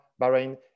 Bahrain